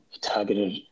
targeted